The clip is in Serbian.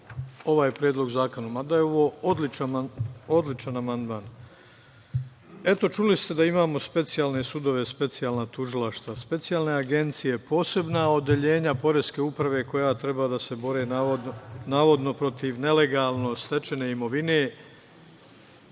ovaj Predlog zakona, mada je ovo odličan amandman. Čuli ste da imamo specijalne sudove, specijalna tužilaštva, specijalne agencije, posebna odeljenja poreske uprave koja treba da se bore, navodno protiv nelegalno stečene imovine